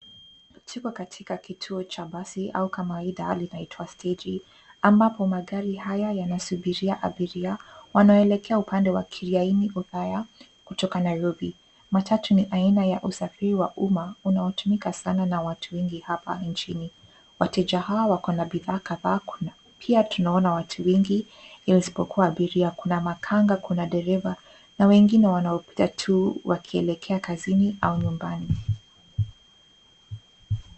Tuko katika kituo cha basi au kawaida linaitwa steji ambapo magari haya yanasubiria abiria wanaoelekea upande wa Kiriaini, Othaya kutoka Nairobi. Matatu ni aina ya usafiri wa uma unaotumika sana na watu wengi hapa nchini. Wateja hawa wako na bidhaa kadhaa. Pia tunaona watu wengi ispokuwa abiria kuna makanga, kuna dereva na wengine wanaopita tu wakielekea kazini au nyumbani.